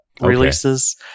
releases